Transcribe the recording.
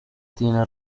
tiene